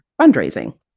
fundraising